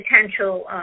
potential